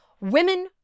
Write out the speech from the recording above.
Women